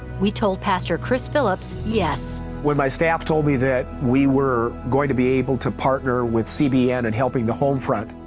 we told pastor chris phillips, yes. when my staff told me that we were going to be able to partner with cbn and helping the home front,